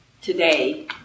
today